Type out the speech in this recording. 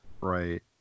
Right